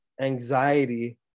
anxiety